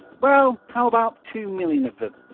well, how about two million of them?